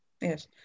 yes